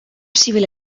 civil